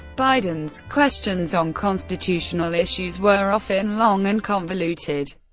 biden's questions on constitutional issues were often long and convoluted,